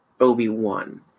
Obi-Wan